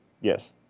Yes